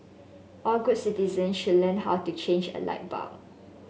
all good citizen should learn how to change a light bulb